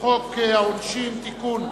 העונשין (תיקון,